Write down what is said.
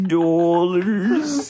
dollars